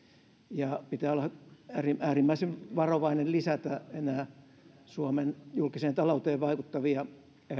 ja pitää olla äärimmäisen varovainen lisäämästä enää suomen julkiseen talouteen vaikuttavia